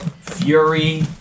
Fury